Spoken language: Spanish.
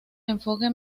enfoque